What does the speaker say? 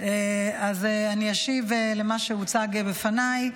אשיב למה שהוצג בפניי.